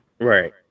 right